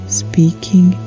speaking